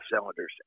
cylinders